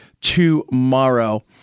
tomorrow